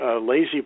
lazy